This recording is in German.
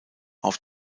auf